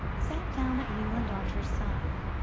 sat down at newland archer's side.